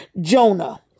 Jonah